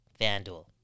FanDuel